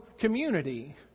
community